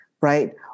right